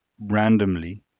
randomly